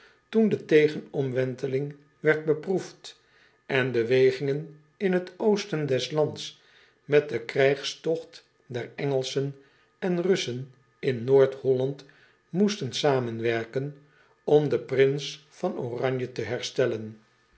toen de tegenomwenteling werd beproefd en bewegingen in het osten des lands met den krijgstogt der ngelschen en ussen in oord olland moesten zamenwerken om den prins van ranje te herstellen